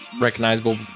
recognizable